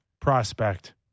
prospect